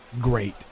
great